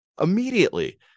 immediately